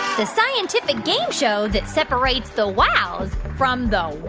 the scientific game show that separates the wows from the